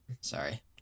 sorry